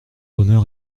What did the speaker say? honneur